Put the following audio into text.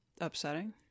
upsetting